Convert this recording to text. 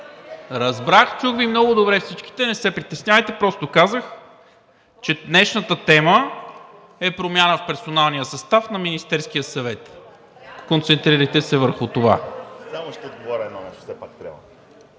Разбрах, чух Ви много добре всичките! Не се притеснявайте, просто казах, че днешната тема е промяна в персоналния състав на Министерския съвет. Концентрирайте се върху това.